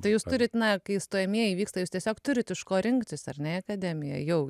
tai jūs turit na kai stojamieji vyksta jūs tiesiog turit iš ko rinktis ar ne į akademiją jau